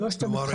כלומר,